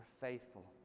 faithful